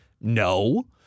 No